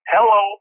Hello